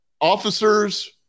officers